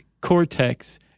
cortex